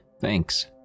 thanks